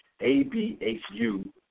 A-B-H-U